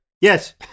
Yes